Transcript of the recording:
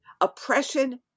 Oppression